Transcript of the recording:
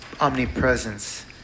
omnipresence